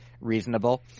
reasonable